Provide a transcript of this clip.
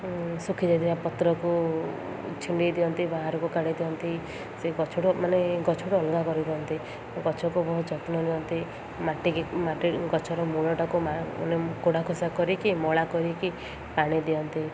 ଶୁଖି ଯାଇଥିବା ପତ୍ରକୁ ଛିଣ୍ଡାଇ ଦିଅନ୍ତି ବାହାରକୁ କାଢ଼ି ଦିଅନ୍ତି ସେ ଗଛଠୁ ମାନେ ଗଛଠୁ ଅଲଗା କରିଦିଅନ୍ତି ଗଛକୁ ବହୁତ ଯତ୍ନ ନିଅନ୍ତି ମାଟିକି ମାଟି ଗଛର ମୂଳଟାକୁ ମାନେ କୋଡ଼ା ଖୋସା କରିକି ମଳା କରିକି ପାଣି ଦିଅନ୍ତି